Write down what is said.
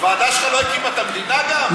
הוועדה שלך לא הקימה את המדינה גם?